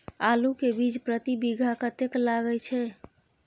आलू के बीज प्रति बीघा कतेक लागय छै?